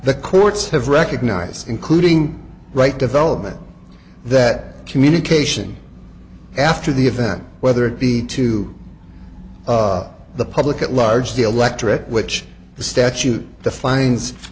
the courts have recognized including right development that communication after the event whether it be to the public at large the electorate which the statute the fines